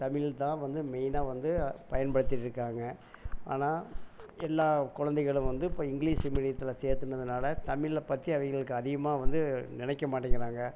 தமிழ் தான் வந்து மெயினாக வந்து பயன்படுத்திட்டு இருக்காங்க ஆனால் எல்லா குழந்தைகளும் வந்து இப்போ இங்கிலீஷு மீடியத்தில் சேர்த்துனதுனால தமிழப் பற்றி அவகளுக்கு அதிகமாக வந்து நினைக்க மாட்டேங்கிறாங்க